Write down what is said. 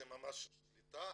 זה ממש שליטה,